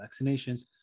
vaccinations